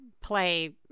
play